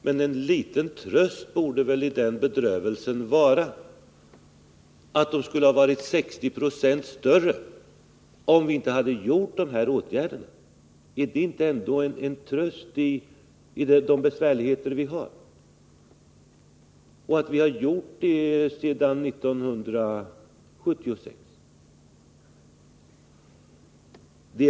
Men enliten tröst i den bedrövelsen är att de skulle ha varit 60 20 större om vi inte hade vidtagit dessa åtgärder. Är det inte ändå en tröst i de besvärligheter vi har? Dessa åtgärder har vi vidtagit sedan 1976.